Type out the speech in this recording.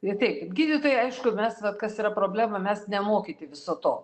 ir taip gydytojai aišku mes vat kas yra problema mes nemokyti viso to